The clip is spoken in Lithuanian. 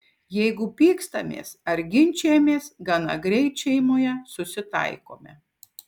jeigu pykstamės arba ginčijamės gana greit šeimoje susitaikome